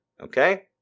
Okay